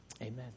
Amen